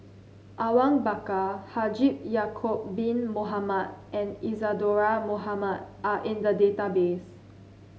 Awang Bakar Haji Ya'acob Bin Mohamed and Isadhora Mohamed are in the database